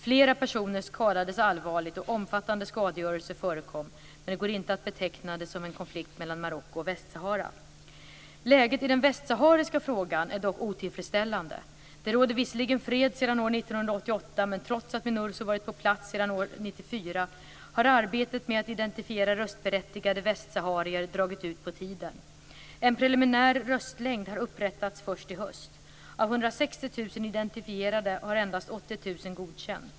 Flera personer skadades allvarligt och omfattande skadegörelse förekom, men det går inte att beteckna det som en konflikt mellan Marocko och Västsahara. Läget i den västsahariska frågan är dock otillfredsställande. Det råder visserligen fred sedan år 1988, men trots att Minurso varit på plats sedan år 1994 har arbetet med att identifiera röstberättigade västsaharier dragit ut på tiden. En preliminär röstlängd har upprättats först i höst. Av 160 000 identifierade har endast 80 000 godkänts.